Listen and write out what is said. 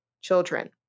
children